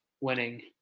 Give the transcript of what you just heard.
winning